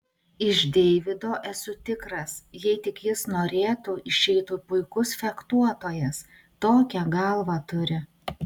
iš deivido esu tikras jei tik jis norėtų išeitų puikus fechtuotojas tokią galvą turi